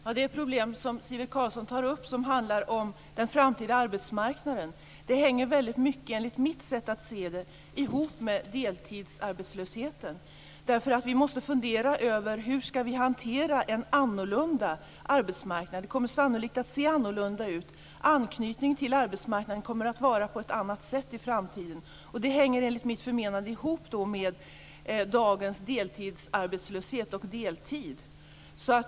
Fru talman! Sivert Carlsson tar upp ett problem som handlar om den framtida arbetsmarknaden. Enligt mitt sätt att se hänger detta väldigt mycket ihop med deltidsarbetslösheten. Vi måste fundera över hur vi skall hantera en annorlunda arbetsmarknad. Den kommer sannolikt att se ut på ett annat sätt. Anknytningen till arbetsmarknaden kommer att vara annorlunda i framtiden, och det hänger enligt mitt förmenande ihop med dagens deltidsarbetslöshet och deltid.